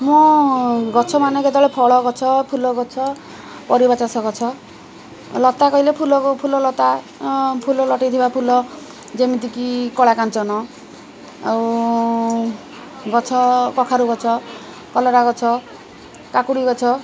ମୁଁ ଗଛ ମାନେ କେତେବେଳେ ଫଳ ଗଛ ଫୁଲ ଗଛ ପରିବା ଚାଷ ଗଛ ଲତା କହିଲେ ଫୁଲ ଫୁଲଲତା ଫୁଲ ଲଟେଇଥିବା ଫୁଲ ଯେମିତିକି କଳା କାଞ୍ଚନ ଆଉ ଗଛ କଖାରୁ ଗଛ କଲରା ଗଛ କାକୁଡ଼ି ଗଛ